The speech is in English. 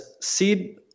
seed